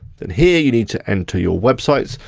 then here you need to enter your websites,